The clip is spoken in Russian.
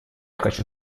хочу